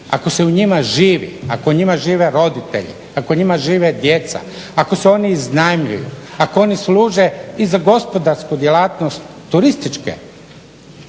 ako se u njima živi, ako u njima žive roditelji, ako u njima žive djece, ako se one iznajmljuju, ako oni služe i za gospodarsku djelatnost turističke